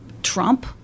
Trump